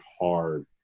hard